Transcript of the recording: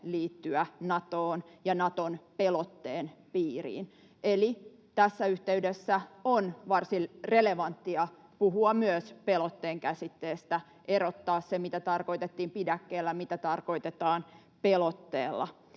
liittyä Natoon ja Naton pelotteen piiriin. Eli tässä yhteydessä on varsin relevanttia puhua myös pelotteen käsitteestä, erottaa se, mitä tarkoitettiin pidäkkeellä ja mitä tarkoitetaan pelotteella.